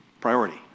priority